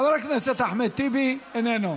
חבר הכנסת אחמד טיבי, איננו,